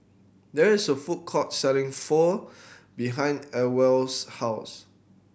there is a food court selling Pho behind Ewell's house